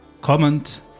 comment